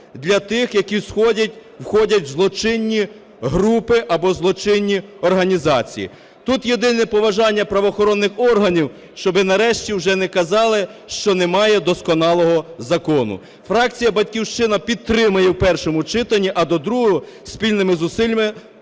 для тих, які входять у злочинні групи або злочинні організації. Тут єдине побажання правоохоронним органам, щоб нарешті вже не казали, що немає досконалого закону. Фракція "Батьківщина" підтримає в першому читанні, а до другого – спільними зусиллями,